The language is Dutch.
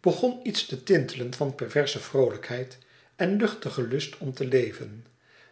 begon iets te tintelen van perverse vroolijkheid en luchtigen lust om te leven